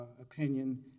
opinion